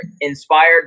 inspired